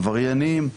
עבריינים,